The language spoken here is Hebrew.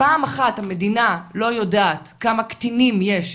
פעם אחת המדינה לא יודעת כמה קטינים יש,